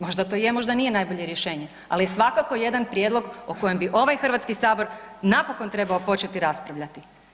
Možda to je možda nije najbolje rješenje, ali je svakako jedan prijedlog o kojem bi ovaj Hrvatski sabor napokon trebao početi raspravljati.